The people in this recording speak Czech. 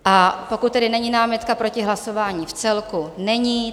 A pokud tedy není námitka proti hlasování vcelku není.